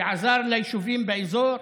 שעזר ליישובים באזור,